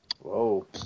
Whoa